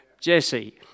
Jesse